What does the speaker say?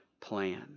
plan